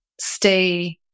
stay